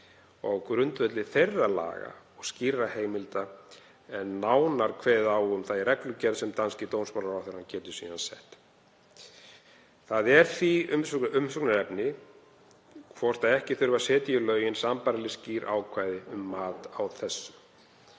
Á grundvelli þeirra laga og skýrra heimilda er nánar kveðið á um það í reglugerð sem danski dómsmálaráðherrann getur síðan sett. Það er því umhugsunarefni hvort ekki þurfi að setja í lögin sambærilega skýr ákvæði um mat á þessu.